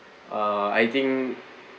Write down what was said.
uh I think